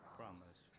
promise